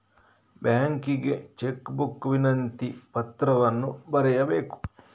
ಬ್ಯಾಂಕಿಗೆ cheque book ವಿನಂತಿ ಪತ್ರವನ್ನು ಬರೆಯಬೇಕು